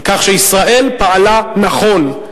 על כך שישראל פעלה נכון,